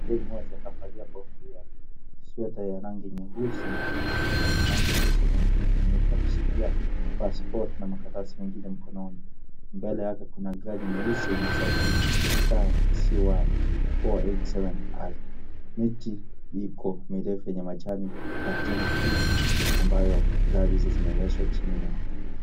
Mzee mmoja kavalia kofia, sweta ya rangi nyeusi, viatu rangi nyeusi yenye michirizi meupe akishikilia pasipoti na karatasi mengine mkononi. Mbele yake kuna gari nyeusi yenye usajili KCY 487R. Miti iko mirefu yenye majani ya kijani kibichi ambayo gari hizo zimeegeshwa chini yake.